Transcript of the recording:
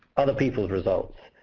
other people's results.